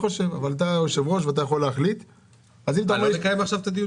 לא לקיים עכשיו את הדיון?